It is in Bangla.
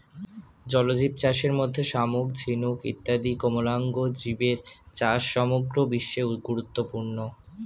জলজীবচাষের মধ্যে শামুক, ঝিনুক ইত্যাদি কোমলাঙ্গ জীবের চাষ সমগ্র বিশ্বে গুরুত্বপূর্ণ